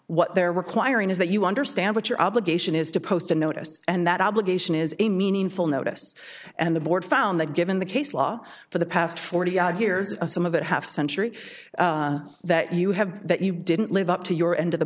what they're requiring is that you understand what your obligation is to post a notice and that obligation is a meaningful notice and the board found that given the case law for the past forty years of some of that half century that you have that you didn't live up to your end of the